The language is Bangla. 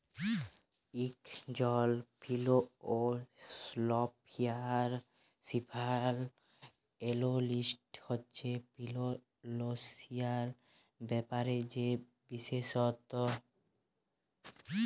ইকজল ফিল্যালসিয়াল এল্যালিস্ট হছে ফিল্যালসিয়াল ব্যাপারে যে বিশেষজ্ঞ